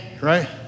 right